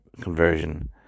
conversion